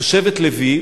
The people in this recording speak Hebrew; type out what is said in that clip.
הוא שבט לוי,